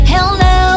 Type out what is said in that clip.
Hello